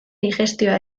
digestioa